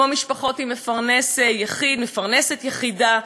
כמו משפחות עם מפרנס יחיד או מפרנסת יחידה,